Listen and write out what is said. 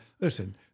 Listen